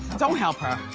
don't help her.